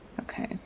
okay